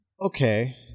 okay